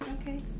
Okay